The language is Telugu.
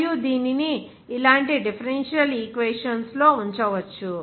మరియు దీనిని ఇలాంటి డిఫరెన్షియల్ ఈక్వేషన్స్ లో ఉంచవచ్చు